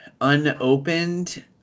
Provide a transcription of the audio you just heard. unopened